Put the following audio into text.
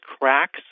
cracks